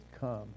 come